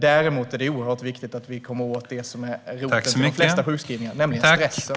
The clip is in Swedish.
Det är dock oerhört viktigt att vi kommer åt det som är roten till de flesta sjukskrivningar, nämligen stressen.